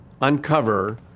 uncover